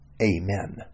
Amen